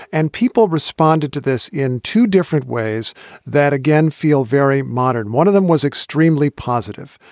and people responded to this in two different ways that again, feel very modern. one of them was extremely positive.